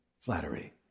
flattery